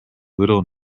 little